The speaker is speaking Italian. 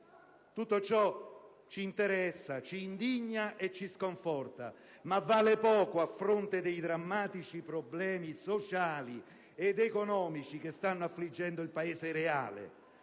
Tutto ciò ci interessa, ci indigna e ci sconforta, ma vale poco a fronte dei drammatici problemi sociali ed economici che stanno affliggendo il Paese reale,